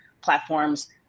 platforms